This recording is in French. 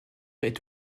est